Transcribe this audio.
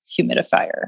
humidifier